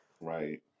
Right